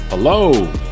hello